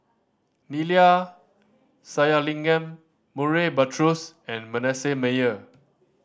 Neila Sathyalingam Murray Buttrose and Manasseh Meyer